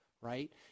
right